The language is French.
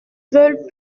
veulent